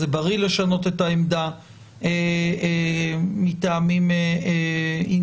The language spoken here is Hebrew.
זה בריא לשנות את העמדה מטעמים ענייניים.